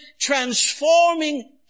transforming